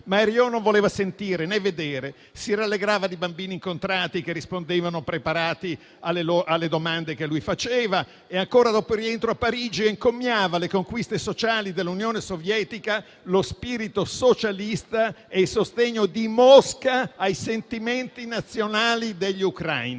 Ma Herriot non voleva sentire né vedere. Si rallegrava di bambini incontrati che rispondevano preparati alle domande che lui faceva e, ancora dopo il rientro a Parigi, encomiava le conquiste sociali dell'Unione Sovietica, lo spirito socialista e il sostegno di Mosca ai sentimenti nazionali degli ucraini.